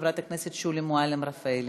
חברת הכנסת שולי מועלם-רפאלי.